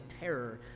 terror